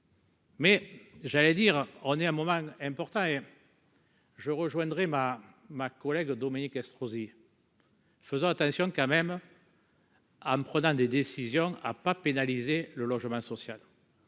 Mais j'allais dire, on est un moment important, je rejoindrai ma ma collègue Dominique Estrosi. Faisons attention quand même. En prenant des décisions, a pas pénaliser le logement social,